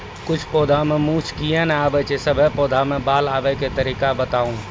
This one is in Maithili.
किछ पौधा मे मूँछ किये नै आबै छै, सभे पौधा मे बाल आबे तरीका बताऊ?